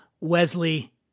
Wesley